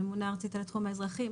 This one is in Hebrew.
ממונה ארצית על התחום האזרחי.